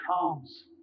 comes